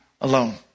alone